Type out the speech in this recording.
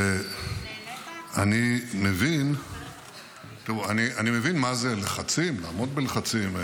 -- ואני מבין מה זה לחצים, לעמוד בלחצים.